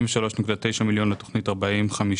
73.9 מיליון שקלים לתוכנית 40-50-01,